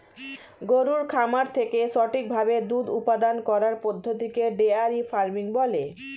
গরুর খামার থেকে সঠিক ভাবে দুধ উপাদান করার পদ্ধতিকে ডেয়ারি ফার্মিং বলে